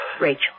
Rachel